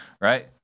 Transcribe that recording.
right